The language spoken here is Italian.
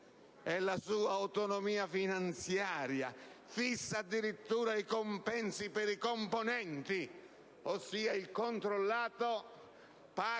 e la sua autonomia finanziaria e fissa addirittura i compensi per i componenti. Ossia, il controllato